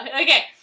okay